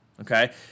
Okay